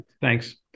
Thanks